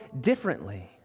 differently